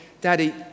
Daddy